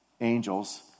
angels